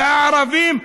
והערבים,